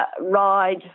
ride